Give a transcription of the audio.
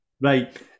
Right